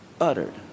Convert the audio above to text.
uttered